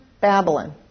Babylon